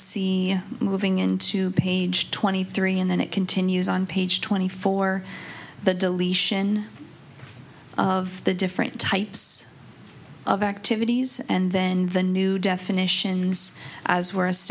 see moving into page twenty three and then it continues on page twenty four the deletion of the different types of activities and then the new definitions as w